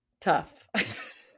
tough